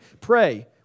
Pray